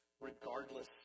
regardless